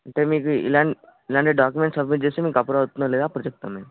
అంటే మీది ఇలా ఇలా డాక్యుమెంట్ సబ్మిట్ చేస్తే మీకు అప్రూవ్ అవుతుందో లేదో అప్పుడు చెప్తాం మేము